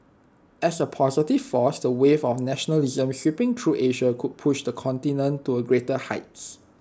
as A positive force the wave of nationalism sweeping through Asia could push the continent to greater heights